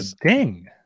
Ding